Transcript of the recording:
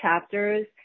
chapters